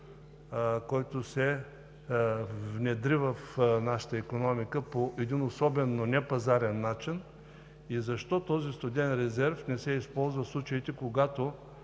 който се внедри в нашата икономика по един особено непазарен начин. Защо този студен резерв не се използва в случаите, когато